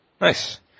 Nice